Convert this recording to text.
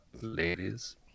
ladies